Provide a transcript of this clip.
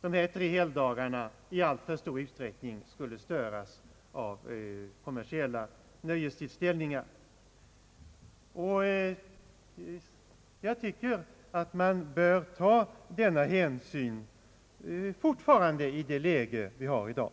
de här tre helgdagarna i alltför stor utsträckning skulle störas av kommersiella nöjestillställningar. Jag tycker att man i det läge vi har i dag fortfarande bör iaktta denna hänsyn.